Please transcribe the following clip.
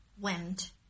Went